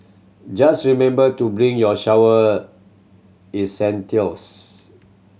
just remember to bring your shower essentials